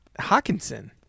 Hawkinson